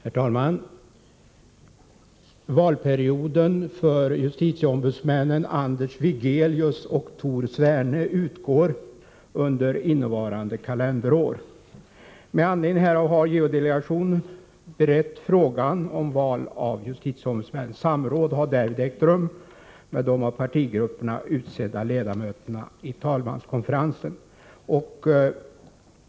Herr talman! Valperioden för justitieombudsmännen Anders Wigelius och Tor Sverne utgår under innevarande kalenderår. Med anledning härav har JO-delegationen berett frågan om val av justitieombudsmän. Samråd har därvid ägt rum med de av partigrupperna utsedda ledamöterna i talmanskonferensen.